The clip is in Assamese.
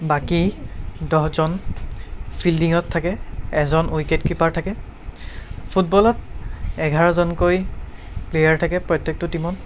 বাকী দহজন ফিল্ডিঙত থাকে এজন উইকেট কীপাৰ থাকে ফুটবলত এঘাৰজনকৈ প্লেয়াৰ থাকে প্ৰত্য়েকটো টীমত